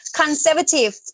conservative